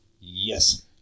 Yes